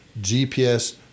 GPS